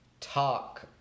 talk